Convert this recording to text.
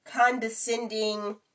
condescending